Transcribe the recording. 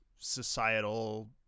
societal